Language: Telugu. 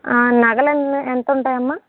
నగలన్నీ ఎంతుంటాయమ్మ